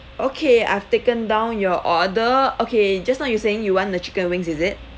okay I've taken down your order okay just now you saying you want the chicken wings is it